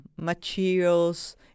materials